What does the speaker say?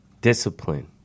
discipline